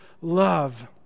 love